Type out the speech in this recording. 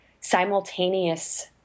simultaneous